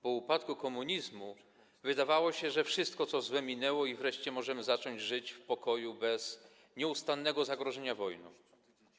Po upadku komunizmu wydawało się, że wszystko co złe minęło i wreszcie możemy zacząć żyć w pokoju, bez nieustannego zagrożenia wojną.